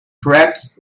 crepes